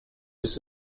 ist